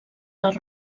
les